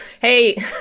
hey